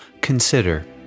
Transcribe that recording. consider